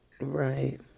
right